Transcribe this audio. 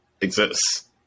exists